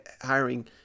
hiring